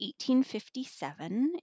1857